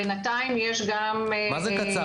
בינתיים יש גם --- מה זה קצר?